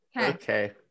Okay